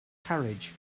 carriage